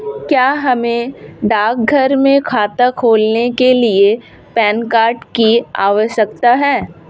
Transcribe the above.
क्या हमें डाकघर में खाता खोलने के लिए पैन कार्ड की आवश्यकता है?